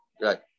Right